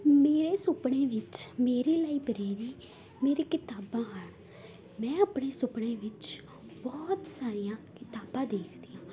ਮੇਰੇ ਸੁਪਨੇ ਵਿੱਚ ਮੇਰੀ ਲਈਬ੍ਰੇਰੀ ਮੇਰੇ ਕਿਤਾਬਾਂ ਹਨ ਮੈਂ ਆਪਣੇ ਸੁਪਨੇ ਵਿੱਚ ਬਹੁਤ ਸਾਰੀਆਂ ਕਿਤਾਬਾਂ ਦੇਖਦੀ ਹਾਂ